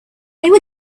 were